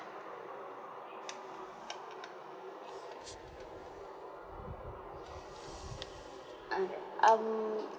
uh um